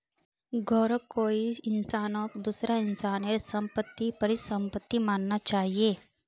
घरौंक कोई इंसानक दूसरा इंसानेर सम्पत्तिक परिसम्पत्ति मानना चाहिये